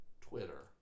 Twitter